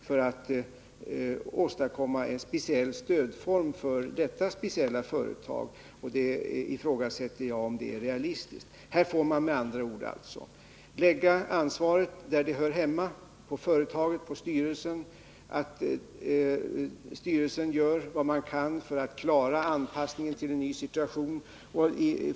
För att åstadkomma en speciell stödform för detta företag måste man gå till riksdagen, och jag ifrågasätter om det är realistiskt. Här får man alltså lägga ansvaret där det hör hemma: på företaget och på styrelsen, och hoppas att styrelsen gör vad den kan för att klara anpassningen till en ny situation.